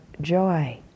joy